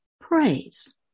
Praise